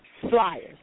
flyers